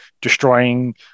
destroying